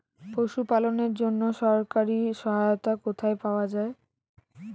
পশু পালনের জন্য সরকারি সহায়তা কোথায় পাওয়া যায়?